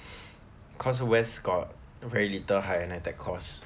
cause west got very little higher NITEC course